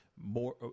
more